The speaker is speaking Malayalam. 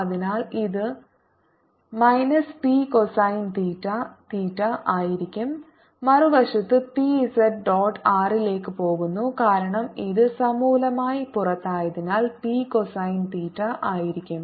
അതിനാൽ ഇത് യുടെ minus P cosine theta theta ആയിരിക്കും മറുവശത്ത് P z dot r ലേക്ക് പോകുന്നു കാരണം ഇത് സമൂലമായി പുറത്തായതിനാൽ P കൊസൈൻ തീറ്റ ആയിരിക്കും